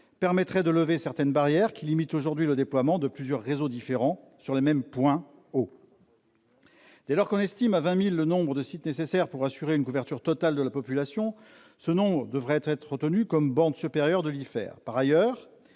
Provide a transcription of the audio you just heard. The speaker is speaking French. permettrait de lever certaines barrières qui limitent aujourd'hui le déploiement de plusieurs réseaux différents sur les mêmes points hauts. On estime à 20 000 le nombre de sites nécessaires pour assurer une couverture totale de la population. Dès lors, ce nombre devrait être retenu comme borne supérieure de l'IFER. Par ailleurs,